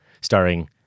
starring